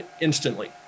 instantly